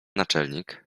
naczelnik